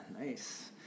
nice